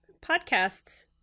podcasts